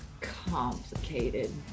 complicated